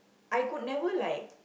I could never like